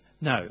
no